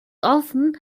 often